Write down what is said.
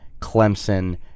Clemson